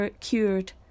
cured